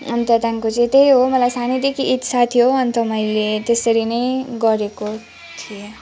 अन्त त्यहाँदेखिको चाहिँ त्यही हो मलाई सानैदेखि इच्छा थियो अन्त मैले त्यसरी नै गरेको थिएँ